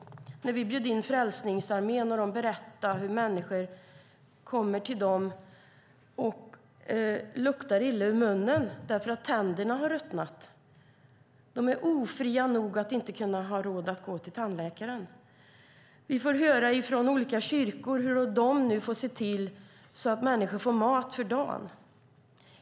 När vi bjöd in Frälsningsarmén berättade de hur människor kommer till dem och luktar illa ur munnen därför att tänderna har ruttnat. De är ofria nog att inte ha råd att gå till tandläkaren. Vi får höra från olika kyrkor hur de får se till att människor får mat för dagen.